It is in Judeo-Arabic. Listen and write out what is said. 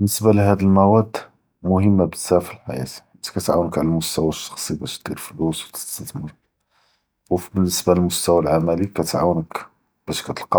באלניסבה להאד אלמאואד מוהימה בזאף פלאחיאה، חית כתעאונכ עלא אלמסתוא אלשחסי באש דיר פלוס ו תסתת’מר، ו פלאניסבה ללמסתוא אלעמלי כתעאונכ באש כתלקא